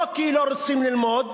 לא כי לא רוצים ללמוד,